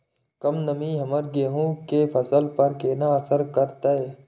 कम नमी हमर गेहूँ के फसल पर केना असर करतय?